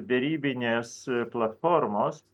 derybinės platformos